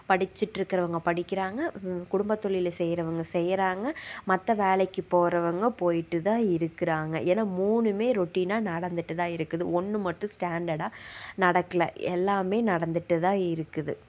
படிச்சிட்ருக்கறவங்க படிக்கிறாங்க குடும்பத் தொழிலை செய்கிறவுங்க செய்கிறாங்க மற்ற வேலைக்கு போகிறவுங்க போயிட்டு தான் இருக்கிறாங்க ஏன்னால் மூணுமே ரொட்டினா நடந்துகிட்டு தான் இருக்குது ஒன்று மட்டும் ஸ்டாண்டர்டாக நடக்கல எல்லாமே நடந்துகிட்டு தான் இருக்குது